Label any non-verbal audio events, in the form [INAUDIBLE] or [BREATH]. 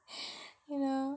[BREATH] you know